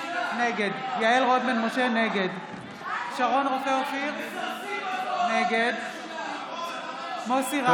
נגד שרון רופא אופיר, נגד מוסי רז,